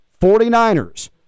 49ers